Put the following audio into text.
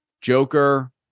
Joker